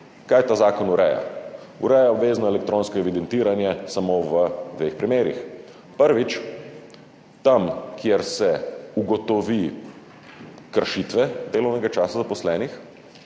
Kaj ureja ta zakon? Ureja obvezno elektronsko evidentiranje samo v dveh primerih. Prvič, tam, kjer se ugotovi kršitve delovnega časa zaposlenih,